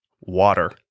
Water